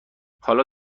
حالا